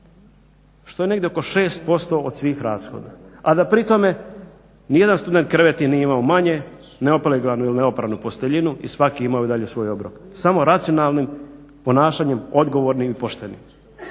što je negdje oko 6% od svih rashoda, a da pri tome ni jedan student, krevet nije imao manje, neopeglanu ili neopranu posteljinu i svaki je i dalje imao svoj obrok. Samo racionalnim ponašanjem, odgovornim i poštenim.